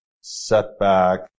setback